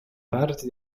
parte